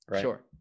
Sure